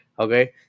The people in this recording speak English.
Okay